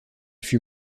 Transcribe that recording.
fut